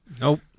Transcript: Nope